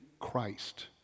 Christ